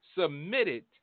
Submitted